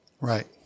Right